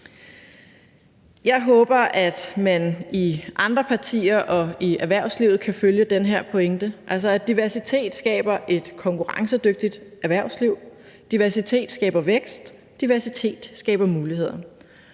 Jeg håber, at man i andre partier og i erhvervslivet kan følge den her pointe, altså at diversitet skaber et konkurrencedygtigt erhvervsliv, at diversitet skaber vækst, at diversitet skaber muligheder.